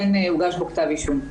כן הוגש בו כתב אישום.